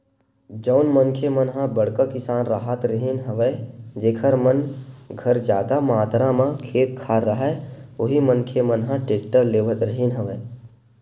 जउन मनखे मन ह बड़का किसान राहत रिहिन हवय जेखर मन घर जादा मातरा म खेत खार राहय उही मनखे मन ह टेक्टर लेवत रिहिन हवय